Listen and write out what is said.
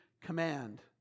command